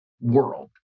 world